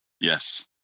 Yes